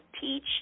teach